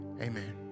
Amen